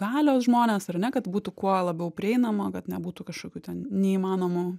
galios žmones ar ne kad būtų kuo labiau prieinama kad nebūtų kažkokių ten neįmanomų